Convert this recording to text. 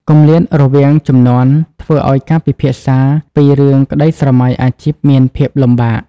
គម្លាតរវាងជំនាន់ ធ្វើឱ្យការពិភាក្សាពីរឿងក្តីស្រមៃអាជីពមានភាពលំបាក។